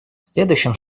следующим